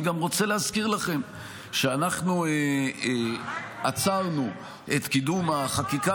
אני גם רוצה להזכיר לכם שאנחנו עצרנו את קידום החקיקה